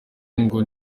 ngo